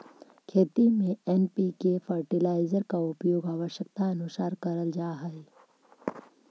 खेती में NPK fertiliser का उपयोग आवश्यकतानुसार करल जा हई